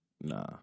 nah